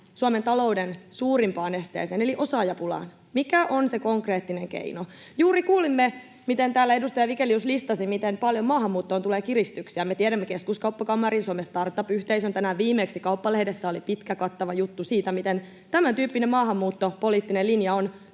Suomen talouden suurimpaan esteeseen eli osaajapulaan? Mikä on se konkreettinen keino? Juuri kuulimme, miten täällä edustaja Vigelius listasi, miten paljon maahanmuuttoon tulee kiristyksiä. Me tiedämme Keskuskauppakamarin, Suomen startup-yhteisön. Tänään viimeksi Kauppalehdessä oli pitkä, kattava juttu siitä, miten tämäntyyppinen maahanmuuttopoliittinen linja on